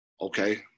okay